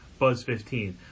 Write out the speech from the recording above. buzz15